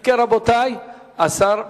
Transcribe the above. אם כן, השר מסכים?